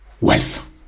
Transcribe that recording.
wealth